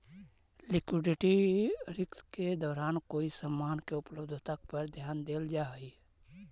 liquidity risk के दौरान कोई समान के उपलब्धता पर ध्यान देल जा हई